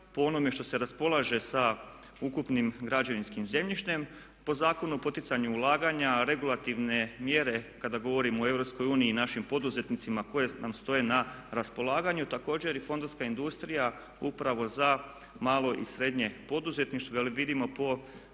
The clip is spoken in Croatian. po onome što se raspolaže sa ukupnim građevinskim zemljištem, po Zakonu o poticanju ulaganja, regulativne mjere kada govorimo o EU i našim poduzetnicima koji nam stoje na raspolaganju. Također i fondovska industrija upravo za malo i srednje poduzetništvo jer vidimo po